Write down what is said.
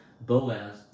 Boaz